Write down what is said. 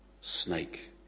snake